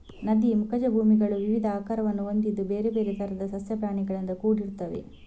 ನದಿ ಮುಖಜ ಭೂಮಿಗಳು ವಿವಿಧ ಆಕಾರವನ್ನು ಹೊಂದಿದ್ದು ಬೇರೆ ಬೇರೆ ತರದ ಸಸ್ಯ ಪ್ರಾಣಿಗಳಿಂದ ಕೂಡಿರ್ತವೆ